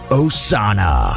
osana